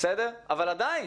אבל עדיין.